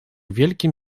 wielkim